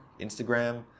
Instagram